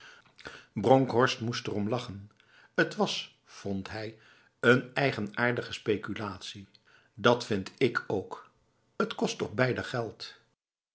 bronkhorst moest erom lachen t was vond hij een eigenaardige speculatie dat vind ik ook t kost toch beider geld